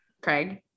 Craig